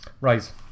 right